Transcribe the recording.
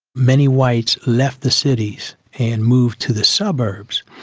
many whites left the cities and moved to the suburbs.